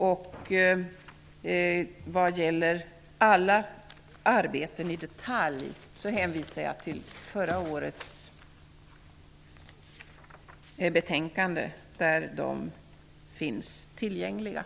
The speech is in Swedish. I fråga om arbetena i detalj hänvisar jag till föregående års betänkande, där de finns redovisade.